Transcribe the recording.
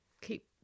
keep